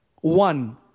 One